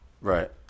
Right